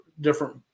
different